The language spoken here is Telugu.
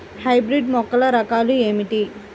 హైబ్రిడ్ మొక్కల రకాలు ఏమిటీ?